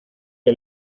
que